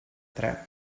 tre